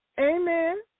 Amen